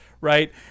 right